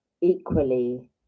equally